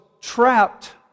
trapped